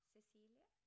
Cecilia